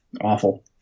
Awful